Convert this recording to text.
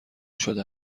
شده